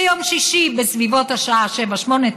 ביום שישי בסביבות השעה 19:00,